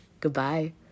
Goodbye